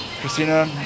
Christina